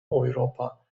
europa